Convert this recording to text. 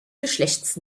geschlechts